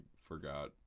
forgot